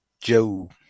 Joe